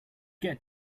get